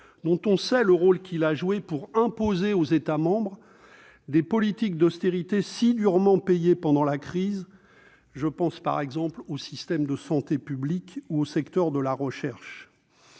joué un rôle important pour imposer aux États membres les politiques d'austérité si durement payées pendant la crise. Je pense notamment aux systèmes de santé publique ou au secteur de la recherche.